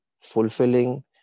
fulfilling